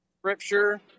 scripture